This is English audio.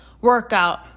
workout